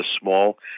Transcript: small